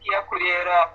tie kurie yra